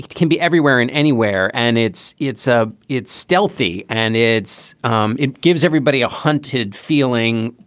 can be everywhere in anywhere. and it's it's a it's stealthy and it's um it gives everybody a haunted feeling.